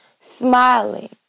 smiling